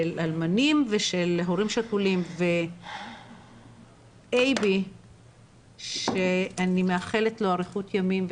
אלמנים ושל הורים שכולים ואייבי שאני מאחלת לו אריכות ימים,